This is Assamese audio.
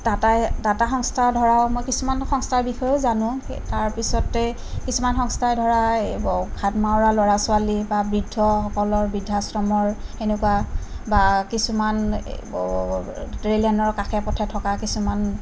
টাটাই টাটা সংস্থা ধৰা মই কিছুমান সংস্থাৰ বিষয়েও জানোঁ তাৰপিছতে কিছুমান সংস্থাই ধৰা এই ঘাটমাউৰা ল'ৰা ছোৱালী বা বৃদ্ধসকলৰ বৃদ্ধাশ্ৰমৰ সেনেকুৱা বা কিছুমান ৰেইল লাইনৰ কাষে পথে থকা কিছুমান